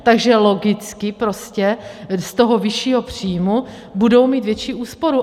Takže logicky prostě z toho vyššího příjmu budou mít větší úsporu.